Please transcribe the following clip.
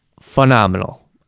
phenomenal